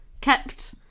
kept